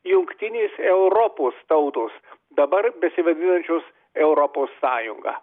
jungtinės europos tautos dabar besivadinančios europos sąjunga